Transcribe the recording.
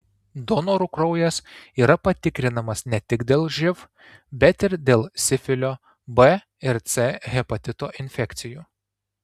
donorų kraujas yra patikrinamas ne tik dėl živ bet ir dėl sifilio b ir c hepatito infekcijų